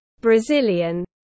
Brazilian